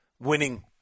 winning